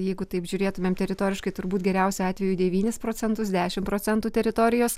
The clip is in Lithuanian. jeigu taip žiūrėtumėm teritoriškai turbūt geriausiu atveju devynis procentus dešimt procentų teritorijos